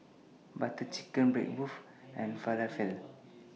Butter Chicken Bratwurst and Falafel